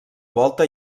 volta